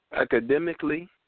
academically